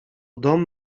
dom